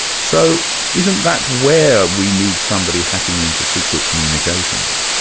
so isn't that where we need somebody hacking into secret communications?